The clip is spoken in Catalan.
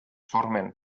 formen